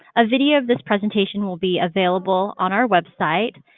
a video of this presentation will be available on our website.